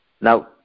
Now